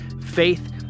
faith